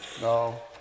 No